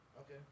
Okay